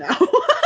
no